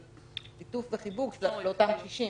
של ליטוף וחיבוק לאותם קשישים.